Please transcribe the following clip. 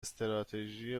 استراتژی